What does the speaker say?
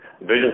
Vision